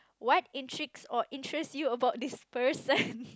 what intrigues or interest you about this person